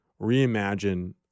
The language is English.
reimagine